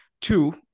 Two